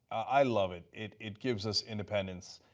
i love it, it it gives us independence.